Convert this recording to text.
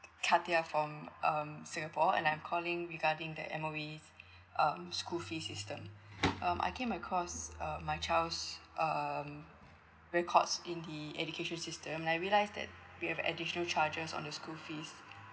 katia from um singapore and I'm calling regarding that M_O_E um school fees system um I came across uh my child um records in the education system I realized that they have additional charges on the school fees